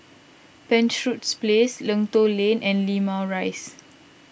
Penshurst Place Lentor Lane and Limau Rise